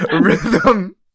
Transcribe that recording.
rhythm